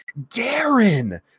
Darren